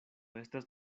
estas